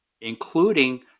including